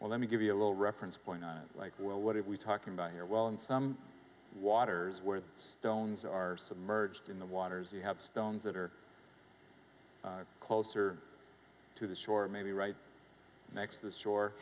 well let me give you a little reference point on it like well what if we're talking about your well in some waters where the stones are submerged in the waters you have stones that are closer to the shore maybe right next to the shore